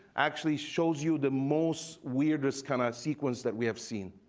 actually shows you the most weirdest kind of sequence that we have seen.